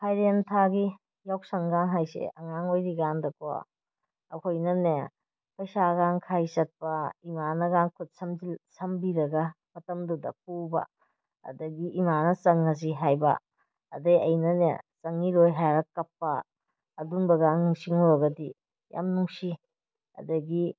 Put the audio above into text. ꯐꯥꯏꯔꯦꯟ ꯊꯥꯒꯤ ꯌꯥꯎꯁꯪꯒ ꯍꯥꯏꯁꯦ ꯑꯉꯥꯡ ꯑꯣꯏꯔꯤ ꯀꯥꯟꯗꯀꯣ ꯑꯩꯈꯣꯏꯅꯅꯦ ꯄꯩꯁꯥꯒ ꯈꯥꯏ ꯆꯠꯄ ꯏꯃꯥꯅꯒ ꯈꯨꯠ ꯁꯝꯕꯤꯔꯒ ꯃꯇꯝꯗꯨꯗ ꯄꯨꯕ ꯑꯗꯒꯤ ꯏꯃꯥꯅ ꯆꯪꯂꯁꯤ ꯍꯥꯏꯕ ꯑꯗꯩ ꯑꯩꯅꯅꯦ ꯆꯪꯒꯤꯔꯣꯏ ꯍꯥꯏꯔ ꯀꯞꯄ ꯑꯗꯨꯝꯕꯒ ꯅꯤꯡꯁꯤꯡꯂꯨꯔꯒꯗꯤ ꯌꯥꯝ ꯅꯨꯡꯁꯤ ꯑꯗꯒꯤ